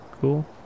Cool